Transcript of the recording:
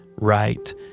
right